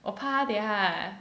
我怕它等一下